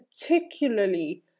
particularly